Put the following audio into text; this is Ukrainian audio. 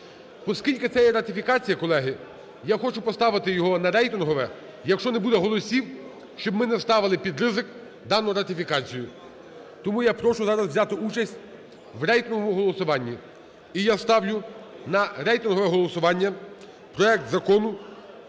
Оскільки це є ратифікація, колеги, я хочу поставити його на рейтингове, якщо не буде голосів, щоб ми не ставили під ризик дану ратифікацію. Тому я прошу зараз взяти участь в рейтинговому голосуванні. І я ставлю на рейтингове голосування проект Закону